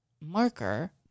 marker